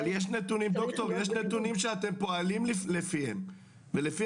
אבל יש נתונים שאתם פועלים לפיהם ולפי